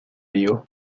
ello